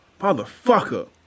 Motherfucker